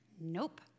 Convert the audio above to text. Nope